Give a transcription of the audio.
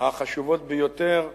החשובות ביותר בכלל,